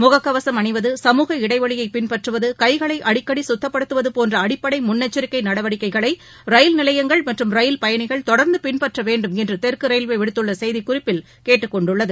முகக்கவசம் அணிவது சமூக இடைவெளியை பின்பற்றுவது கைகளை அடிக்கடி சுத்தப்படுத்துவது போன்ற அடிப்படை முன்னெச்சரிக்கை நடவடிக்கைகளை ரயில் நிலையங்கள் மற்றும் ரயில் பயணிகள் தொடர்ந்து பின்பற்ற வேண்டும் என்று தெற்கு ரயில்வே விடுத்துள்ள செய்திக்குறிப்பில் கேட்டுக்கொண்டுள்ளது